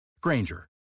Granger